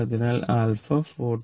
അതിനാൽ α 40